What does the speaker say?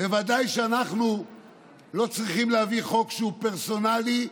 בוודאי שאנחנו לא צריכים להביא חוק שהוא פרסונלי,